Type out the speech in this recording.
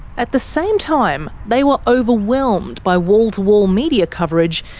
at the same time, they were overwhelmed by wall-to-wall media coverage,